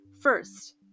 first